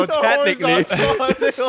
technically